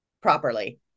properly